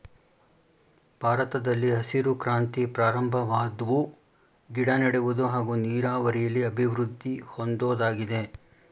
ಭಾರತದಲ್ಲಿ ಹಸಿರು ಕ್ರಾಂತಿ ಪ್ರಾರಂಭವಾದ್ವು ಗಿಡನೆಡುವುದು ಹಾಗೂ ನೀರಾವರಿಲಿ ಅಭಿವೃದ್ದಿ ಹೊಂದೋದಾಗಿದೆ